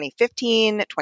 2015